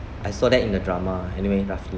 I saw that in a drama anyway roughly